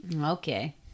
Okay